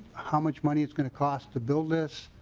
how much money is going to cost to build this